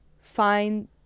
find